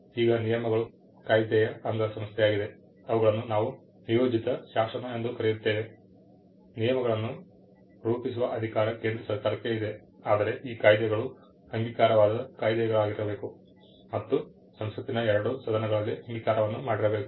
ಈಗ ನಿಯಮಗಳು ಕಾಯಿದೆಯ ಅಂಗ ಸಂಸ್ಥೆಯಾಗಿದೆ ಅವುಗಳನ್ನು ನಾವು ನಿಯೋಜಿತ ಶಾಸನ ಎಂದು ಕರೆಯುತ್ತೇವೆ ನಿಯಮಗಳನ್ನು ರೂಪಿಸುವ ಅಧಿಕಾರ ಕೇಂದ್ರ ಸರ್ಕಾರಕ್ಕೆ ಇದೆ ಆದರೆ ಈ ಕಾಯ್ದೆಗಳು ಅಂಗೀಕಾರವಾದ ಕಾಯಿದೆಗಳಾಗಿರಬೇಕು ಮತ್ತು ಸಂಸತ್ತಿನ ಎರಡೂ ಸದನಗಳಲ್ಲಿ ಅಂಗೀಕಾರವನ್ನು ಮಾಡಿರಬೇಕು